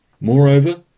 Moreover